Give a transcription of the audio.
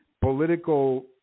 political